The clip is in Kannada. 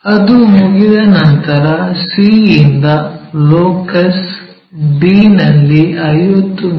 ಅದು ಮುಗಿದ ನಂತರ c ಯಿಂದ ಲೊಕಸ್ d ನಲ್ಲಿ 50 ಮಿ